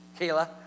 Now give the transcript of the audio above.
Kayla